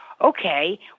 okay